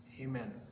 amen